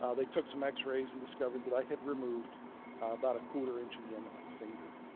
ah they took some x-rays and discovered that i had removed about a quarter inch at the end of my finger.